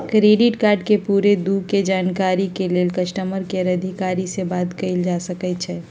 credit card के पूरे due के जानकारी के लेल कस्टमर केयर अधिकारी से बात कयल जा सकइ छइ